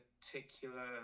particular